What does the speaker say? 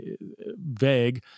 vague